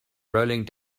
rolling